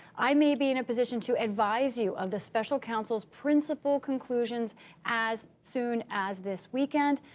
i may be in a position to advise you of the special counsel's principal conclusions as soon as this weekend.